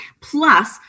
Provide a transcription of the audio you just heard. plus